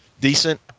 decent